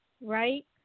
right